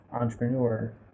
entrepreneur